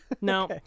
No